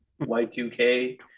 Y2K